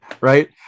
right